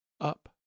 up